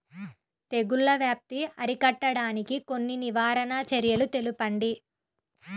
తెగుళ్ల వ్యాప్తి అరికట్టడానికి కొన్ని నివారణ చర్యలు తెలుపండి?